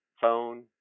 phone